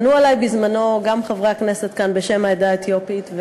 פנו אלי בזמנו גם חברי הכנסת כאן בשם העדה האתיופית,